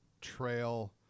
trail